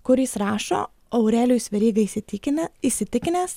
kur jis rašo aurelijus veryga įsitikinę įsitikinęs